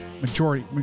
Majority